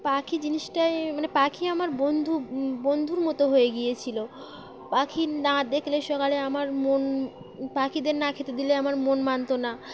পাখি জিনিসটাই মানে পাখি আমার বন্ধু বন্ধুর মতো হয়ে গিয়েছিলো পাখি না দেখলে সকালে আমার মন পাখিদের না খেতে দিলে আমার মন মানতো না